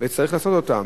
וצריך לעשות אותם,